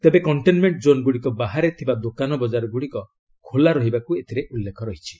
ତେବେ କଣ୍ଟେନ୍ମେଣ୍ଟ୍ ଜୋନ୍ଗୁଡ଼ିକ ବାହାରେ ଥିବା ଦୋକାନ ବଜାରଗୁଡ଼ିକ ଖୋଲା ରହିବାକୁ ଏଥିରେ ଉଲ୍ଲେଖ ରହିଛି